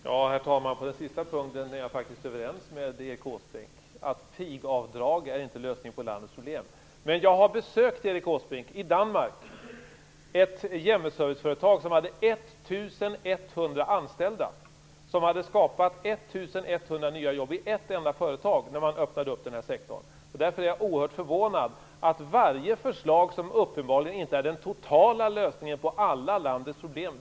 Herr talman! På den sista punkten är jag faktiskt överens med Erik Åsbrink. Pigavdrag är inte lösningen på landets problem. Men jag har i Danmark besökt ett hjemmeserviceföretag som hade 1 100 anställda, som hade skapat 1 100 nya jobb i ett enda företag när man öppnade den här sektorn. Därför är jag oerhört förvånad över att ni förkastar varje förslag som uppenbarligen inte är den totala lösningen på alla landets problem.